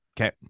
Okay